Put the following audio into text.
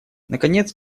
наконец